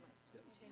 skills